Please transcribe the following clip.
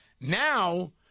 now